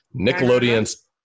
Nickelodeon's